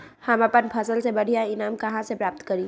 हम अपन फसल से बढ़िया ईनाम कहाँ से प्राप्त करी?